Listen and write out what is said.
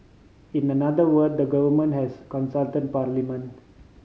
in the other word the government has consult parliament